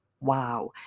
Wow